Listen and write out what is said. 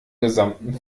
gesamten